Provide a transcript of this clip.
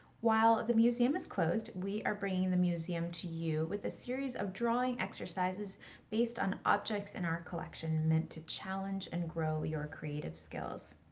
while the museum is closed, we are bringing the museum to you, with a series of drawing exercises based on objects in our collection, meant to challenge and grow your creative skills.